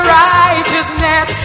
righteousness